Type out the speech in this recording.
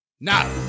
now